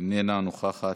איננה נוכחת.